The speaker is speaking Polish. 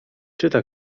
czyta